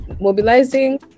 mobilizing